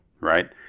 Right